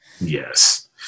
Yes